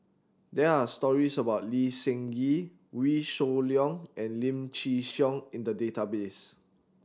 there are stories about Lee Seng Gee Wee Shoo Leong and Lim Chin Siong in the database